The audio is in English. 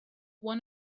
one